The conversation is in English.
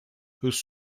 whose